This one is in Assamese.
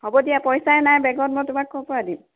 হ'ব দিয়া পইচাই নাই বেগত মই তোমাক ক'ৰপৰা দিম